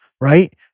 right